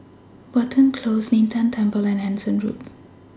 Watten Close Lin Tan Temple and Anson Road